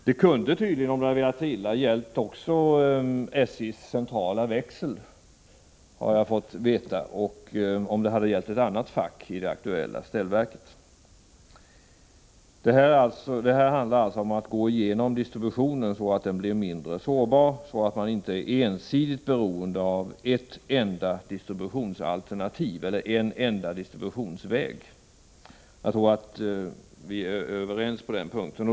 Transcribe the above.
Jag har fått veta att det, om det hade velat sig illa och det hade gällt ett annat fack i det aktuella ställverket, också kunde ha berört SJ:s centrala växel. Vad man måste göra är att gå igenom distributionen, så att den blir mindre sårbar. Man får inte vara helt beroende av en enda distributionsväg. Jag tror att vi är överens på den punkten.